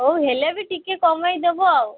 ହଉ ହେଲେ ବି ଟିକେ କମାଇଦବେ ଆଉ